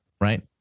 Right